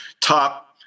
top